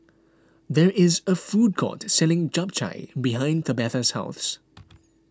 there is a food court selling Japchae behind Tabatha's house